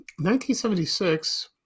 1976